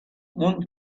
want